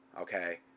okay